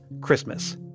Christmas